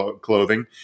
clothing